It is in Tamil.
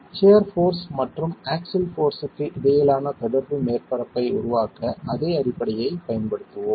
சியர் போர்ஸ் மற்றும் ஆக்ஸில் போர்ஸ்க்கு இடையிலான தொடர்பு மேற்பரப்பை உருவாக்க அதே அடிப்படையைப் பயன்படுத்துவோம்